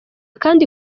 kandi